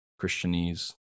Christianese